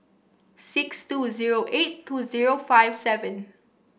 six two zero eight two zero five seven